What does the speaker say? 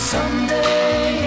Someday